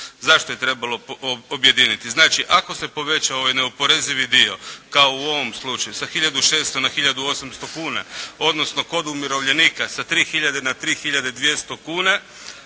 Zašto je trebalo objediniti? Znači, ako se poveća ovaj neoporezivi dio kao u ovom slučaju sa 1600 na 1800 kuna, odnosno kod umirovljenika sa 3000 na 3200 kuna,